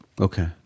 Okay